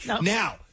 Now